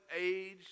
age